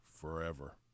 forever